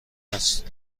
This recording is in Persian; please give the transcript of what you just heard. است